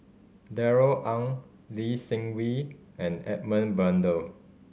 Darrell Ang Lee Seng Wee and Edmund Blundell